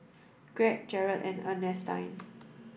Greg Jaret and Ernestine